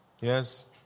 Yes